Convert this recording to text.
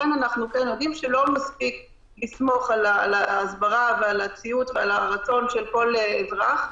לכן אנחנו יודעים שלא מספיק לסמוך על ההסברה והציות והרצון של כל אזרח,